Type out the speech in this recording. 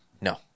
No